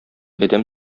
адәм